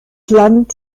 land